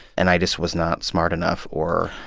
and i just was not smart enough or.